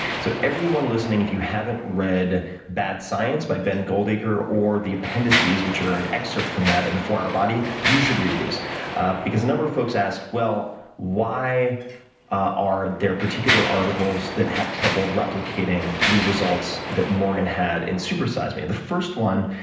so everyone listening, if you haven't read bad science by ben goldacre or the appendices, which are an excerpt from that in the four hour body, you should read these because a number of folks asked why why are there particular articles that have trouble replicating the results that morgan had in super size me. and the first one,